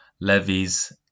levies